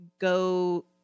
go